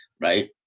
Right